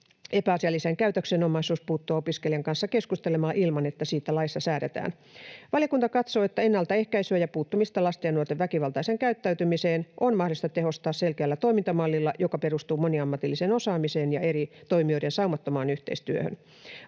epäasialliseen käytökseen on mahdollisuus puuttua opiskelijan kanssa keskustelemalla ilman, että siitä laissa säädetään. Valiokunta katsoo, että ennaltaehkäisyä ja puuttumista lasten ja nuorten väkivaltaiseen käyttäytymiseen on mahdollista tehostaa selkeällä toimintamallilla, joka perustuu moniammatilliseen osaamiseen ja eri toimijoiden saumattomaan yhteistyöhön.